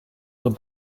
were